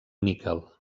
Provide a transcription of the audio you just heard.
níquel